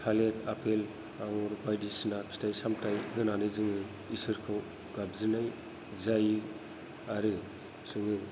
थालेर आपेल आंगुर बायदिसिना फिथाइ सामथाइ होनानै जोङो इसोरखौ गाबज्रिनाय जायो आरो जोङो